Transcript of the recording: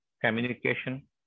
communication